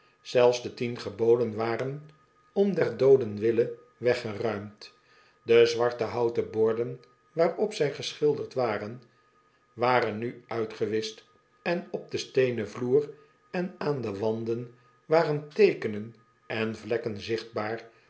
zelfs de tien geboden waren om der dooden wille weggeruimd de zwarte houten borden waarop zy geschilderd waren waren nu uitgewischt en op den steenen vloer en aan de wanden waren toekenen en vlekken zichtbaar